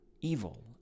evil